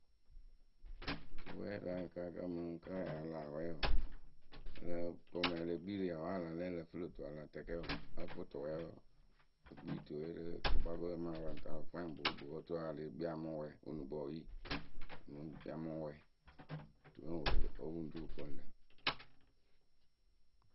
Otuwɛɛ rɨ akaakǝ mɨŋ kǝ́ a lah wɛɛ wǝǝ ǝ llǝ tʊʊ mɛŋwǝ e le kpii rɨ yawaayǝ a la lɛ ǝ lǝ fɨ lö tuwǝ a la tɛkɛ wǝǝ ǝ fɨ tʊwɛɛwǝ. e kpii tuwǝ we rɨ kɨkpakǝ we amaa fwanyɩ oturu a lée kpii a mɨŋ wɛɛ wɨnukpǝ wɨ yi a mɨŋ wɛ tuwǝ we ŋ we ǝ wɨ ŋ ru wɨ koonu lǝ̈.